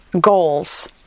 goals